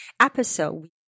episode